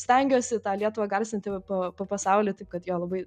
stengiuosi tą lietuvą garsinti po po pasaulį taip kad jo labai